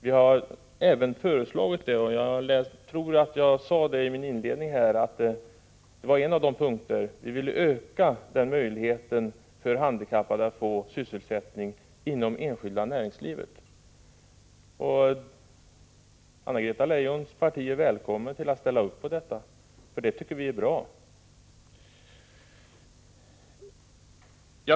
Vi har föreslagit detta, och jag tror att jag sade i mitt tidigare anförande att vi vill öka möjligheten för handikappade att få sysselsättning inom det enskilda näringslivet. Anna-Greta Leijons parti är välkommet att ställa upp på detta.